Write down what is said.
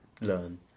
learn